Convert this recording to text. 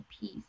peace